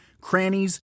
crannies